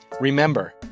Remember